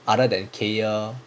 other than kaeya